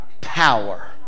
Power